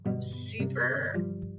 super